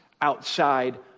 outside